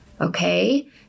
okay